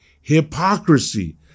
Hypocrisy